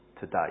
today